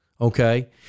Okay